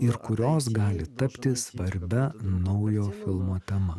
ir kurios gali tapti svarbia naujo filmo tema